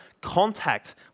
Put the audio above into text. contact